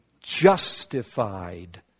justified